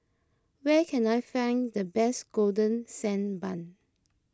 where can I find the best Golden Sand Bun